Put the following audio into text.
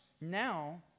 Now